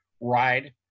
ride